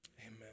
Amen